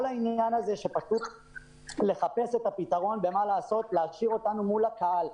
כל העניין של לחפש שליטה על המצב זה פשוט להשאיר אותנו מול הקהל.